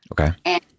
Okay